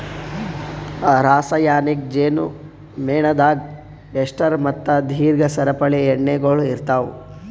ರಾಸಾಯನಿಕ್ ಜೇನು ಮೇಣದಾಗ್ ಎಸ್ಟರ್ ಮತ್ತ ದೀರ್ಘ ಸರಪಳಿ ಎಣ್ಣೆಗೊಳ್ ಇರ್ತಾವ್